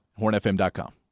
hornfm.com